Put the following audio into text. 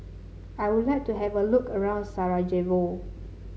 I would like to have a look around Sarajevo